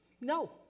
No